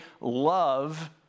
love